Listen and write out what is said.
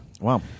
Wow